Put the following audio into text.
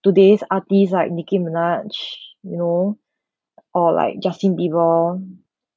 today's artist like nicki minaj you know or like justin bieber